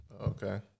Okay